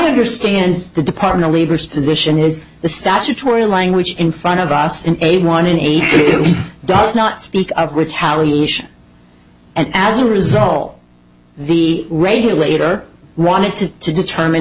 understand the department of labor's position is the statutory language in front of us in a one in eight he does not speak of retaliation and as a result the regulator wanted to to determine